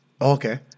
Okay